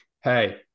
Hey